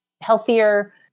healthier